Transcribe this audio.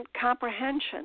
comprehension